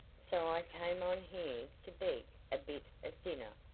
so i came on here to beg a bit of dinner.